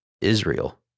Israel